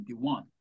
1971